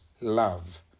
love